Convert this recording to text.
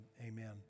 amen